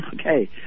Okay